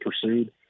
pursued